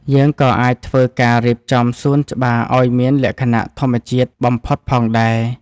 យើងក៏អាចធ្វើការរៀបចំសួនច្បារឱ្យមានលក្ខណៈធម្មជាតិបំផុតផងដែរ។